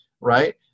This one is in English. right